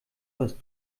was